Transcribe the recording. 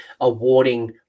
awarding